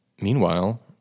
meanwhile